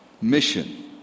mission